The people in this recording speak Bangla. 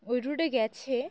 ওই রুটে গেছে